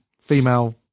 female